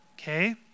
Okay